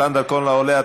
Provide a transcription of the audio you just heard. מתן דרכון לעולה),